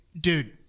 Dude